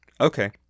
Okay